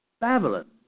Babylon